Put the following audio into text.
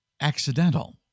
accidental